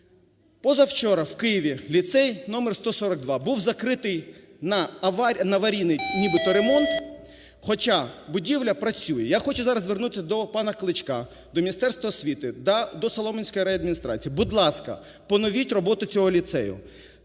Позавчора в Києві ліцей номер 142 був закритий на аварійний нібито ремонт, хоча будівля працює. Я хочу зараз звернутися до пана Кличка, до Міністерства освіти та до Солом'янськоїрайадміністрації: будь ласка, поновіть роботу цього ліцею.